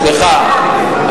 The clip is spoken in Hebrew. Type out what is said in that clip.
סליחה,